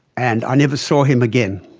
and i never saw him again.